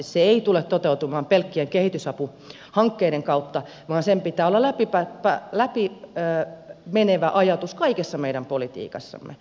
se ei tule toteutumaan pelkkien kehitysapuhankkeiden kautta vaan sen pitää olla läpimenevä ajatus kaikessa meidän politiikassamme